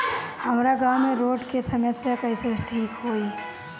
हमारा गाँव मे रोड के समस्या कइसे ठीक होई?